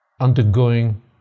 undergoing